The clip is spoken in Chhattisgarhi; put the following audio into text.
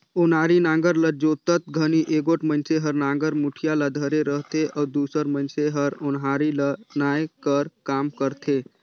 ओनारी नांगर ल जोतत घनी एगोट मइनसे हर नागर मुठिया ल धरे रहथे अउ दूसर मइनसे हर ओन्हारी ल नाए कर काम करथे